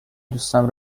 دوستم